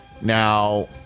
Now